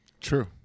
True